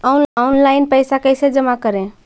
Online पैसा कैसे जमा करे?